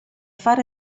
far